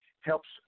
helps